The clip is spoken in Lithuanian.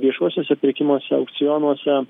viešuosiuose pirkimuose aukcionuose